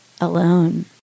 alone